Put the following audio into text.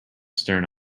stern